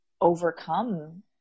overcome